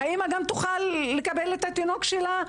שאם זו דרך יותר טובה לניתוח קיסרי,